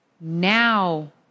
Now